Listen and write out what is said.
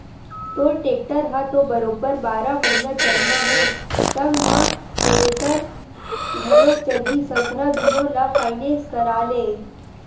तोर टेक्टर ह तो बरोबर बारह महिना चलना हे संग म थेरेसर घलोक चलही संघरा दुनो ल फायनेंस करा ले